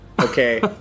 Okay